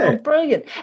brilliant